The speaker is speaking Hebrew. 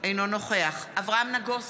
אינו נוכח אברהם נגוסה,